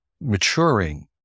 maturing